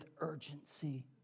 urgency